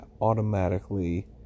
automatically